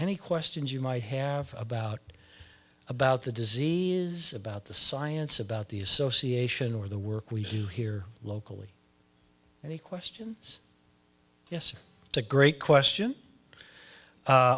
any questions you might have about about the disease is about the science about the association or the work we do here locally and he questions yes to great question